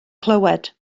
clywed